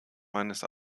meines